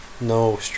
No